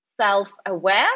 self-aware